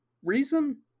reason